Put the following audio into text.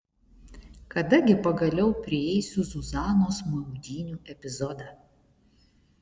kada gi pagaliau prieisiu zuzanos maudynių epizodą